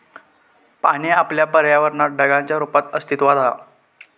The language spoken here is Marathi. पाणी आपल्या पर्यावरणात ढगांच्या रुपात अस्तित्त्वात हा